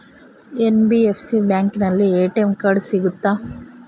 NBFC ಬ್ಯಾಂಕಿನಲ್ಲಿ ATM card ಸಿಗುತ್ತಾ?